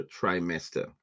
trimester